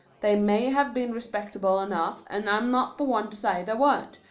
they may have been respectable enough, and i'm not the one to say they weren't,